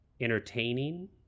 entertaining